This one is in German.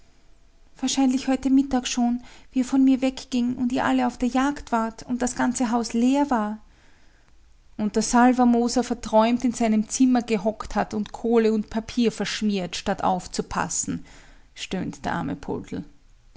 wahrscheinlich heute mittag schon wie er von mir wegging und ihr alle auf der jagd wart und das ganze haus leer war und der salvermoser verträumt in seinem zimmer gehockt hat und kohle und papier verschmiert statt aufzupassen stöhnt der arme poldl